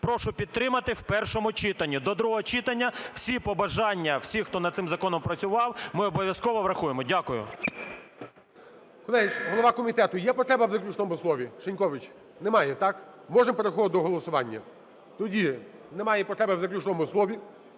Прошу підтримати в першому читанні. До другого читання всі побажання всіх, хто над цим законом працював, ми обов'язково врахуємо. Дякую. ГОЛОВУЮЧИЙ. Колеги, голова комітету, є потреба в заключному слові? Шинькович? Немає, так. Можемо переходити до голосування? Тоді немає потреби в заключному слові,